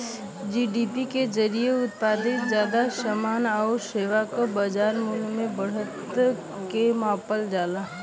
GDP के जरिये उत्पादित जादा समान आउर सेवा क बाजार मूल्य में बढ़त के मापल जाला